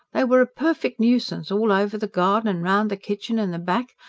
they were a perfect nuisance, all over the garden and round the kitchen and the back,